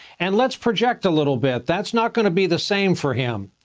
and let's project a little bit. that's not going to be the same for him.